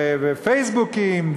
ופייסבוקים,